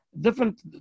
different